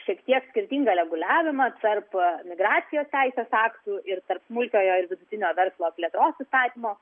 šiek tiem skirtingą reguliavimą tarp migracijos teisės aktų ir tarp smulkiojo ir vidutinio verslo plėtros įstatymo